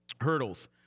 hurdles